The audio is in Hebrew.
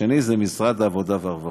והשני זה משרד העבודה והרווחה.